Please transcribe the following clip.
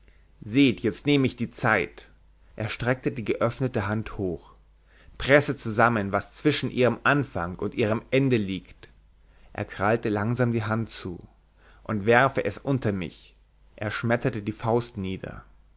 seht jetzt nehme ich die zeit er streckte die geöffnete hand hoch presse zusammen was zwischen ihrem anfang und ihrem ende liegt er krallte langsam die hand zu und werfe es unter mich er schmetterte die faust nieder